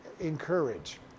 encourage